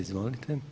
Izvolite.